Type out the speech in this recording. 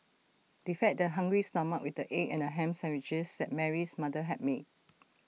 they fed their hungry stomachs with the egg and Ham Sandwiches that Mary's mother had made